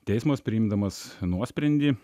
teismas priimdamas nuosprendį